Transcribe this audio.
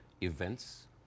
events